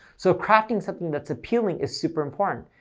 so crafting something that's appealing is super important.